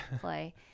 play